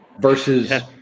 Versus